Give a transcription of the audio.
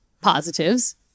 positives